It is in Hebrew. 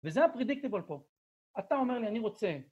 וזה הפרדיקטיבול פה, אתה אומר לי אני רוצה